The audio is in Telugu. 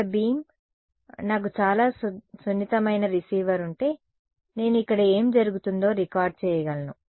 ఇక్కడ బీమ్ నాకు చాలా సున్నితమైన రిసీవర్ ఉంటే నేను ఇక్కడ ఏమి జరుగుతుందో రికార్డ్ చేయగలను